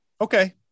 Okay